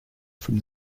from